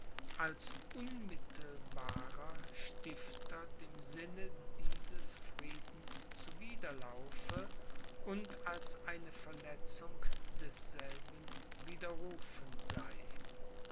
als unmittelbarer stifter dem sinn dieses friedens zuwiderlaufe und als eine verletzung desselben widerrufen sei